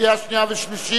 קריאה שנייה ושלישית.